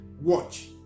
watch